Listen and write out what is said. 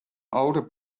older